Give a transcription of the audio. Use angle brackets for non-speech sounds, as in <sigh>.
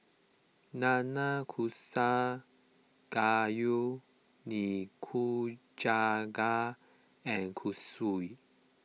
Nanakusa Gayu Nikujaga and <unintelligible>